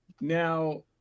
Now